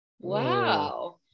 Wow